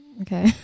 Okay